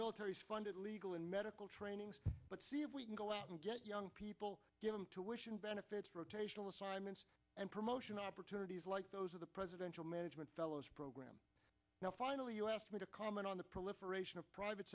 military funded legal and medical training but see if we can go out and get young people give them to wish and benefits rotational assignments and promotion opportunities like those of the presidential management fellows program now finally you asked me to comment on the proliferation of private